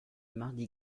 mardi